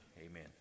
Amen